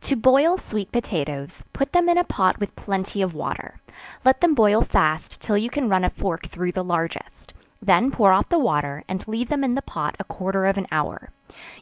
to boil sweet potatoes, put them in a pot with plenty of water let them boil fast till you can run a fork through the largest then pour off the water, and leave them in the pot a quarter of an hour